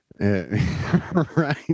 right